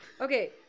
okay